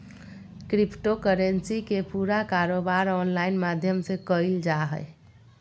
crypto currency के पूरा कारोबार ऑनलाइन माध्यम से क़इल जा हइ